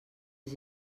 les